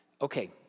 Okay